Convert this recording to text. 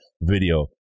video